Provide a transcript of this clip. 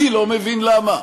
אני לא מבין למה.